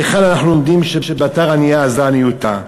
מהיכן אנחנו לומדים שבתר עניא אזלא עניותא?